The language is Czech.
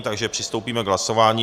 Takže přistoupíme k hlasování.